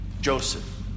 Joseph